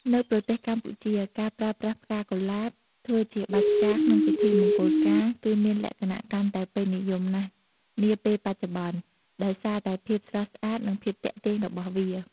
នៅប្រទេសកម្ពុជា ការប្រើប្រាស់ ផ្កាកុលាប ធ្វើជាបាច់ផ្កាក្នុងពិធីមង្គលការ គឺមានលក្ខណៈកាន់តែពេញនិយមណាស់នាពេលបច្ចុប្បន្ន ដោយសារតែភាពស្រស់ស្អាត និង ភាពទាក់ទាញរបស់វា។